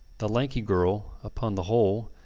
the lanky girl, upon the whole,